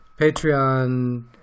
Patreon